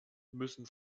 müssen